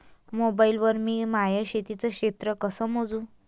Mobile वर मी माया शेतीचं क्षेत्र कस मोजू?